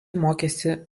mokėsi